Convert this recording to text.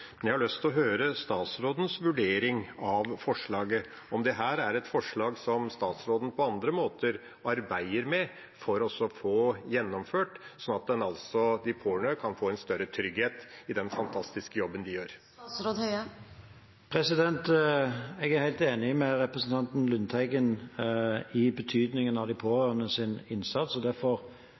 men jeg har lyst til å høre statsrådens vurdering av forslaget, om dette er et forslag som statsråden på andre måter arbeider med for å få gjennomført, sånn at de pårørende kan få en større trygghet i den fantastiske jobben de gjør. Jeg er helt enig med representanten Lundteigen i betydningen av de pårørendes innsats. Derfor jobber også regjeringen med en egen pårørendestrategi og